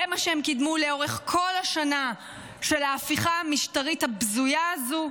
זה מה שהם קידמו לאורך כל השנה של ההפיכה המשטרית הבזויה הזו,